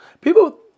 people